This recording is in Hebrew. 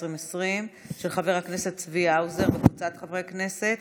של חבר הכנסת צבי האוזר וקבוצת חברי הכנסת.